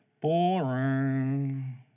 Boring